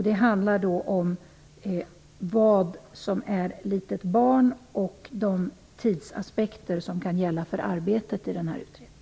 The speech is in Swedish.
Det handlar då om vad som är "litet barn" och de tidsaspekter som skall gälla för arbetet i utredningen.